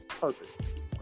perfect